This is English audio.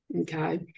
Okay